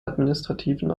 administrativen